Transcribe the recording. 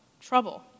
Trouble